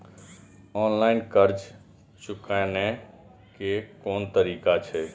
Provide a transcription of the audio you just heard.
Online कर्ज चुकाने के कोन तरीका छै?